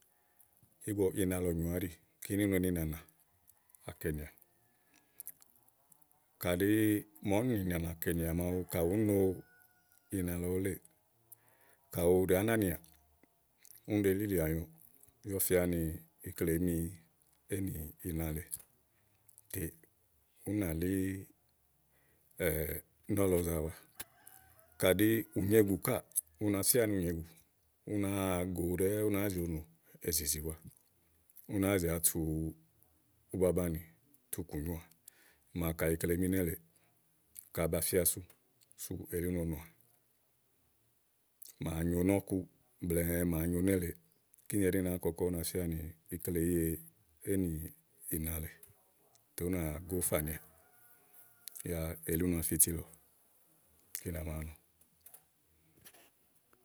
ígbɔ ina lɔ nyòoà áɖì kíni úne nì nànà akɛ̀nìá kàɖi màa úni nì nànà kɛ̀nìà màawu kà ùú no ina lɔ wuléè, ka ù ɖàá nanìà, úni ɖèé lilìà nyo, yá ù fía ni ikle èé mi éènìna lèe tè ú ná lí nɔ̀lɔ zàa wa kàɖi ù nyegù káà una fía ni ù nyegù ú náa go ɖɛ́ɛ́ ú náa zì onò ú náa go ú náa zìono èzìzì wa ú náa zì atu ubabanì tu kùnyoà màa ka ikle èé mi nélèe kàába fía sú. sú elí ú no nòà màa nyo nɔ̀ku blɛ̀ɛ màa nyo nélèe, kíni ɛɖí nàáa kɔkɔ ú náa fía nì ikle èé ye éènìna lèe tè ú nà posà nyoà yá elí úna fi itì lɔ.